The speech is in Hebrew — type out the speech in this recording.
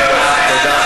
אל תעשה את זה.